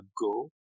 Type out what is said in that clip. go